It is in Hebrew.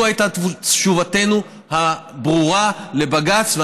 זו הייתה תשובתנו הברורה לבג"ץ,